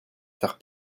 faire